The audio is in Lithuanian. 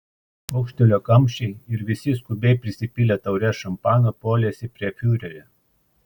pokštelėjo kamščiai ir visi skubiai prisipylę taures šampano puolėsi prie fiurerio